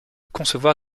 concevoir